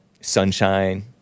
sunshine